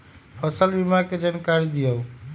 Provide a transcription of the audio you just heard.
फसल बीमा के जानकारी दिअऊ?